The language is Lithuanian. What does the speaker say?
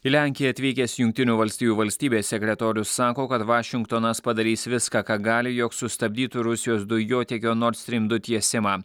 į lenkiją atvykęs jungtinių valstijų valstybės sekretorius sako kad vašingtonas padarys viską ką gali jog sustabdytų rusijos dujotiekio nord strym du tiesimą